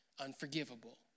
unforgivable